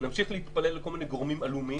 נמשיך להתפלל לכל מיני גורמים עלומים,